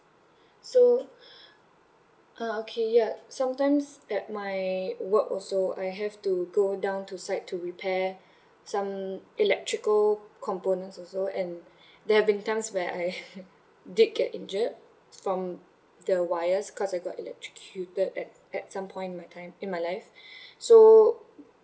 so uh okay ya sometimes at my work also I have to go down to site to repair some electrical components also and there have been times where I did get injured from the wires cause I got electrocuted at at some point in my time in my life so